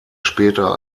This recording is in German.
später